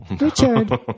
Richard